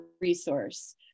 resource